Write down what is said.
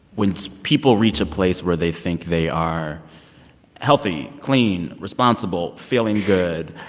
when people reach a place where they think they are healthy, clean, responsible, feeling good,